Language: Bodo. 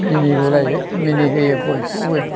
मिनिगुलायो मिनिहोयो बयखौबो